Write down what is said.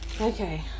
Okay